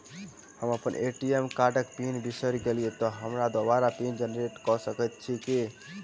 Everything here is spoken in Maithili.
हम अप्पन ए.टी.एम कार्डक पिन बिसैर गेलियै तऽ हमरा दोबारा पिन जेनरेट कऽ सकैत छी की?